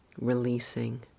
releasing